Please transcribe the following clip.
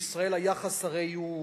הרי בישראל היחס הוא,